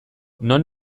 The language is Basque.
non